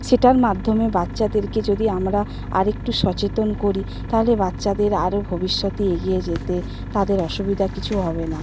সেটার মাধ্যমে বাচ্চাদেরকে যদি আমরা আর একটু সচেতন করি তাহলে বাচ্চাদের আরও ভবিষ্যতে এগিয়ে যেতে তাদের অসুবিধা কিছু হবে না